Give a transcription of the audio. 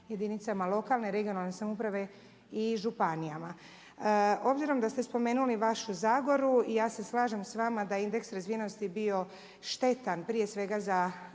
jedinicama lokalne i regionalne samouprave i županijama. Obzirom da ste spomenuli vašu Zagoru ja se slažem sa vama da je indeks razvijenosti bio štetan prije svega za